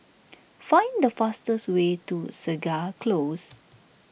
find the fastest way to Segar Close